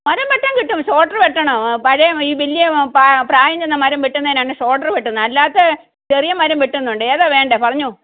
മരം വെട്ടാൻ കിട്ടും ഷോട്ര് വെട്ടണം പഴയ ഈ വലിയ പ്രായംചെന്ന മരം വെട്ടുന്നതിനാണ് ഷോട്ര് വെട്ടുന്നത് അല്ലാത്ത ചെറിയ മരം വെട്ടുന്നുണ്ട് ഏതാ വേണ്ടത് പറഞ്ഞോ